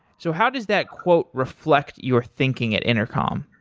so how does that quote reflect your thinking at intercom?